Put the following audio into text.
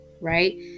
right